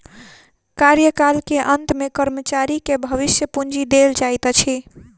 कार्यकाल के अंत में कर्मचारी के भविष्य पूंजी देल जाइत अछि